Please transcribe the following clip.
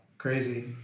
Crazy